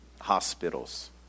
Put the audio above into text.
hospitals